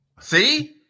See